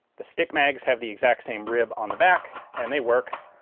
the stick mags have the exact same rib on the back and they work.